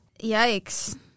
Yikes